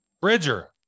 Bridger